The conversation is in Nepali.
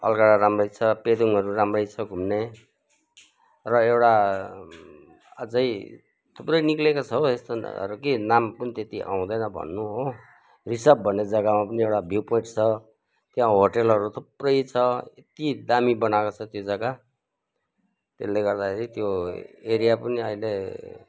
अलगडा राम्रै छ पेदुङहरू राम्रै छ घुम्ने र एउटा अझै थुप्रै निक्लिएको छ हौ यस्तो अरू कि नाम पनि त्यत्ति आउँदैन भन्नु हो रिसब भन्ने जग्गामा पनि एउटा भ्यु पोइन्ट छ त्यहाँ होटेलहरू थुप्रै छ यत्ति दामी बनाएको छ त्यो जग्गा त्यसले गर्दाखेरि त्यो एरिया पनि अहिले